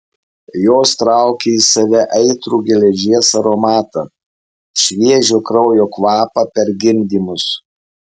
jos traukė į save aitrų geležies aromatą šviežio kraujo kvapą per gimdymus